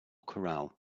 corral